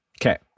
Okay